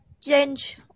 change